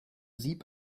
sieb